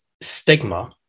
stigma